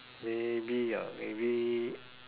maybe ah maybe